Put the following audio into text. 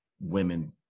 women